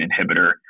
inhibitor